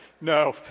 No